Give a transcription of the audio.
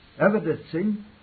evidencing